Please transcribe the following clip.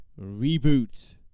reboot